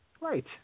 Right